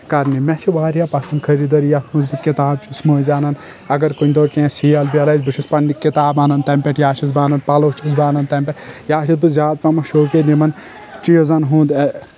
کرنہِ مےٚ چھِ واریاہ پسنٛد خٔریٖدٲری یتھ منٛز بہٕ کتاب چھُس منٛزۍ انان اگر کُنہِ دۄہ کینٛہہ سیل ویل آسہِ بہٕ چھُس پننہِ کِتاب انان تمہِ پٮ۪ٹھ یا چھُس بہٕ انان پلو چھُس بہٕ انان تمہِ پٮ۪ٹھ یا چھُس بہٕ زیادٕ پہمتھ شوقین یِمن چیزن ہُنٛد